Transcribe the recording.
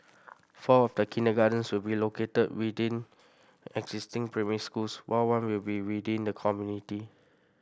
four of the kindergartens will be located within existing primary schools while one will be within the community